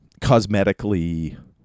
cosmetically